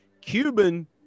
Cuban